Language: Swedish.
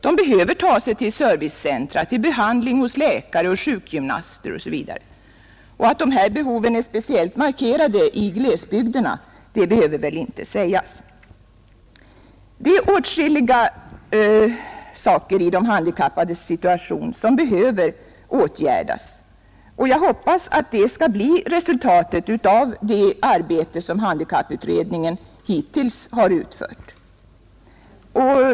Han behöver ta sig till servicecentra, till behandling hos läkare och sjukgymnaster osv. Att dessa behov är speciellt markerade i glesbygderna behöver väl inte sägas. Åtskilligt i de handikappades situation behöver åtgärdas, och jag hoppas att det kommer att ske som ett resultat av det arbete som handikapputredningen hittills har utfört.